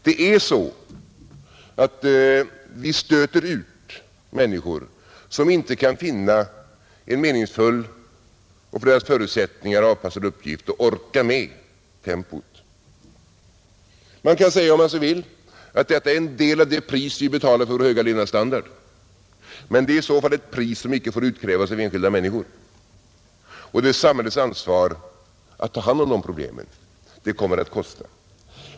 Det är så att vi stöter ut människor som inte kan finna en meningsfull och för deras förutsättningar avpassad uppgift med ett tempo som de orkar med. Om man så vill kan man säga att detta är en del av det pris som vi får betala för vår höga levnadsstandard, men det är i så fall ett pris som icke får utkrävas av enskilda människor. Det är samhällets ansvar att ta hand om dessa problem och det kommer att kosta mycket pengar.